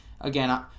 Again